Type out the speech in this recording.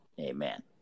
Amen